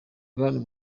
grand